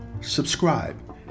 subscribe